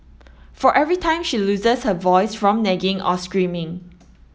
for every time she loses her voice from nagging or screaming